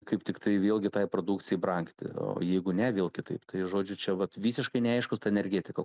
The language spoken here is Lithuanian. kaip tiktai vėlgi tai produkcijai brangti o jeigu ne vėl kitaip tai žodžiu čia vat visiškai neaiškus ta energetika